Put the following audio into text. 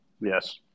Yes